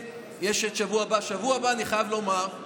השבוע הבא, אני חייב לומר,